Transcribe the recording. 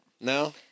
No